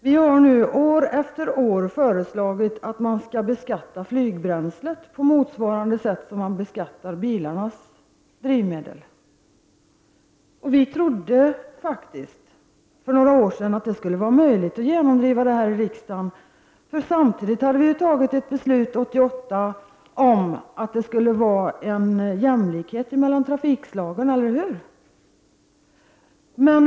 Vi har år efter år föreslagit att flygbränslet skall beskattas på motsvarande sätt som bilarnas drivmedel beskattas. Vi trodde för några år sedan att det skulle vara möjligt att genomdriva det förslaget i riksdagen. 1988 fattades ett beslut om att det skulle vara jämlikhet mellan trafikslagen — eller hur?